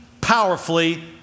powerfully